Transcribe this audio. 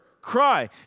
cry